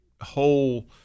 whole